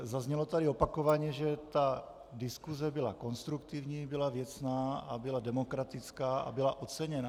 Zaznělo tady opakovaně, že ta diskuze byla konstruktivní, byla věcná a byla demokratická a byla oceněna.